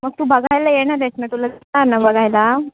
मग तू बघायला येणार आहेस ना तुला हवा आहे ना बघायला